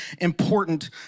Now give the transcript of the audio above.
important